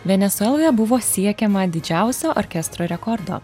venesueloje buvo siekiama didžiausio orkestro rekordo